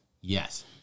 Yes